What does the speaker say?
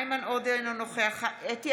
איימן עודה, אינו נוכח חוה אתי